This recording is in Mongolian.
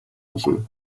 болно